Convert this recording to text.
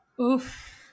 Oof